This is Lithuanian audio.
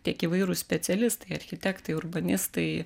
tiek įvairūs specialistai architektai urbanistai